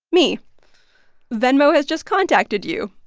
me venmo has just contacted you.